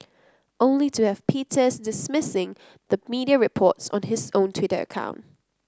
only to have Peters dismissing the media reports on his own Twitter account